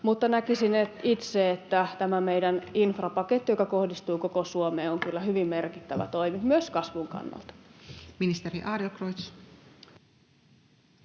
Näkisin itse, että tämä meidän infrapakettimme, joka kohdistuu koko Suomeen, on kyllä hyvin merkittävä toimi myös kasvun kannalta. Ministeri Adlercreutz.